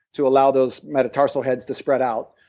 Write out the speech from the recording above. to allow those metatarsal heads to spread out,